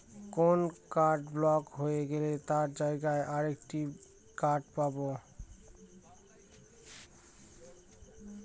কোন card block হয়ে গেলে তার জায়গায় আর একটা কার্ড পাবো